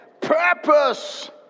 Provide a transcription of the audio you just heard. Purpose